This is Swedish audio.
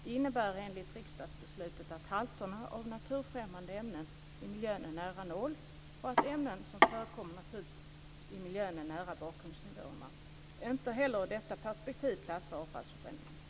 Det innebär enligt riksdagsbeslutet att halterna av naturfrämmande ämnen i miljön är nära noll och att ämnen som förekommer naturligt i miljön är nära bakgrundsnivåerna. Inte heller sett ur detta perspektiv platsar avfallsförbränningen.